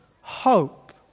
hope